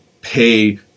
pay